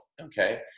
okay